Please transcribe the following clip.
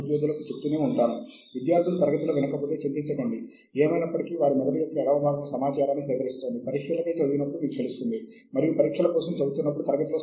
మరియు అలాంటి పద్ధతులలో రెండు పద్ధతులు బాగా ప్రాచుర్యం పొందాయి ఒకటి RIS ఆకృతి మరియు BIB ఆకృతి